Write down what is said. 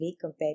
compared